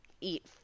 eat